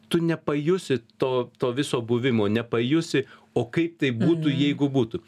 tu nepajusi to to viso buvimo nepajusi o kaip tai būtų jeigu būtų